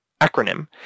acronym